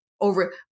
over